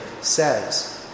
says